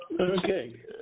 Okay